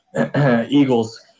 Eagles